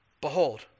behold